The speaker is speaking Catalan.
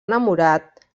enamorat